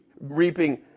reaping